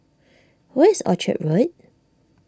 where is Orchard Road